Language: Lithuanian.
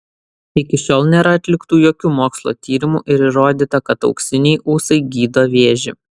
iki šiol nėra atliktų jokių mokslo tyrimų ir įrodyta kad auksiniai ūsai gydo vėžį